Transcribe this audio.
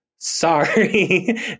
Sorry